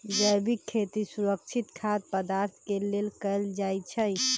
जैविक खेती सुरक्षित खाद्य पदार्थ के लेल कएल जाई छई